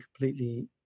completely